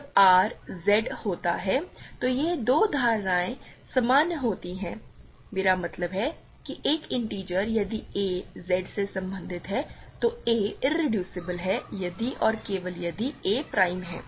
जब R Z होता है तो ये दो धारणाएँ समान होती हैं मेरा मतलब है कि एक इंटिजर यदि a Z से संबंधित है तो a इरेड्यूसबल है यदि और केवल यदि a प्राइम है